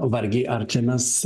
vargiai ar čia mes